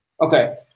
Okay